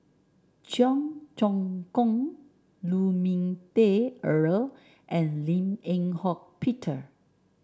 Cheong Choong Kong Lu Ming Teh Earl and Lim Eng Hock Peter